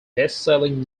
bestselling